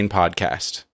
podcast